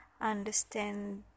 understand